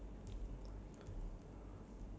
so like to confuse you lah